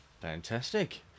fantastic